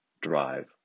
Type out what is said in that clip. drive